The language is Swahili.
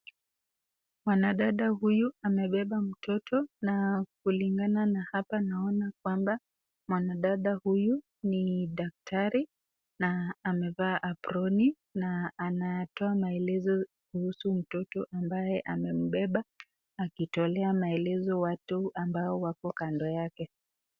Mwanadada huyu amebeba mtoto na kulingana na hapa naona kwamba mwadada huyu ni daktari na amevaa aproni na anatoa maelezo kuhusu mtoto ambaye amembeba akitolea maelezo watu ambao wako kando yake.